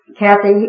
Kathy